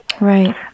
Right